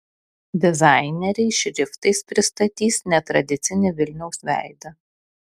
dizaineriai šriftais pristatys netradicinį vilniaus veidą